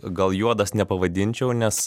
gal juodas nepavadinčiau nes